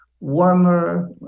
warmer